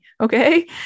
Okay